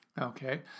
Okay